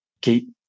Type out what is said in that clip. keep